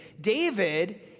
David